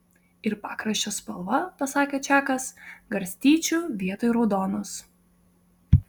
ir pakraščio spalva pasakė čakas garstyčių vietoj raudonos